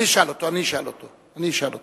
אני אשאל אותו, אני אשאל אותו, אני אשאל אותו.